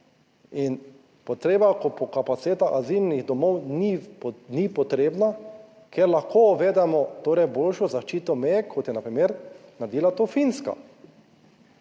In potreba po kapacitetah azilnih domov ni potrebna, ker lahko uvedemo torej boljšo zaščito meje, kot je na primer naredila to Finska.